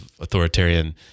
authoritarian